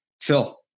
Phil